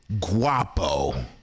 Guapo